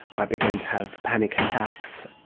i began to have panic attacks,